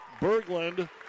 Berglund